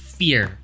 fear